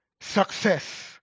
success